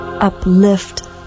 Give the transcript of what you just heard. Uplift